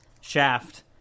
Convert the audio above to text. shaft